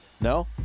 No